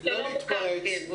לא להתפרץ.